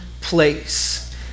place